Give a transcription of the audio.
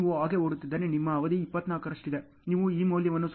ನೀವು ಹಾಗೆ ಓಡುತ್ತಿದ್ದರೆ ನಿಮ್ಮ ಅವಧಿ 24 ರಷ್ಟಿದೆ ನೀವು ಈ ಮೌಲ್ಯವನ್ನು 0